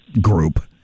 group